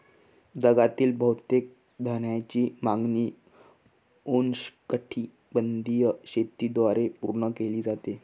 जगातील बहुतेक धान्याची मागणी उष्णकटिबंधीय शेतीद्वारे पूर्ण केली जाते